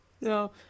No